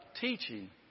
teaching